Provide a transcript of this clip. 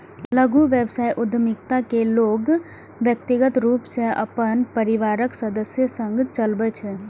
लघु व्यवसाय उद्यमिता कें लोग व्यक्तिगत रूप सं अपन परिवारक सदस्य संग चलबै छै